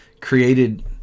created